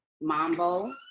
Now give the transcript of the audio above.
mambo